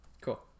Cool